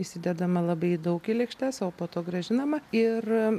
įsidedama labai daug į lėkštes o po to grąžinama ir